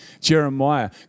Jeremiah